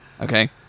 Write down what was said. Okay